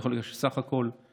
אני יכול להגיד לך שסך הכול במהלך